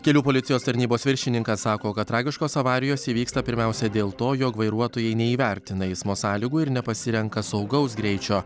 kelių policijos tarnybos viršininkas sako kad tragiškos avarijos įvyksta pirmiausia dėl to jog vairuotojai neįvertina eismo sąlygų ir nepasirenka saugaus greičio